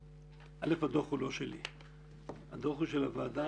ראשית, הדוח הוא לא שלי אלא הוא של הוועדה